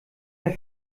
der